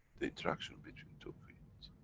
the interaction between two fields.